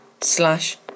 slash